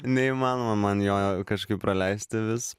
neįmanoma man jo kažkaip praleisti vis